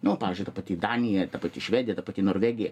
nu pavyzdžiui ta pati danija ir ta pati švedija ta pati norvegija